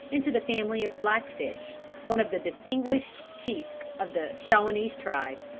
into the family of blackfish, one of the distinguished chiefs of the shawanese tribe.